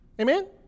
Amen